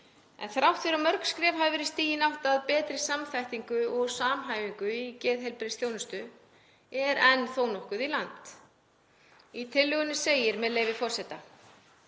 En þrátt fyrir að mörg skref hafi verið stigin í átt að betri samþættingu og samhæfingu í geðheilbrigðisþjónustu er enn þó nokkuð í land. Í tillögunni segir, með leyfi forseta: